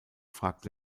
fragt